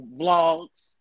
vlogs